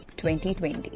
2020